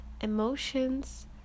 emotions